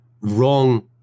wrong